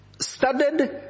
studied